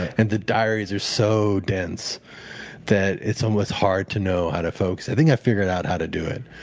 and the diaries are so dense that it's almost hard to know how to focus. i think i've figured out how to do it